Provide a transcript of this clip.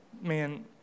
Man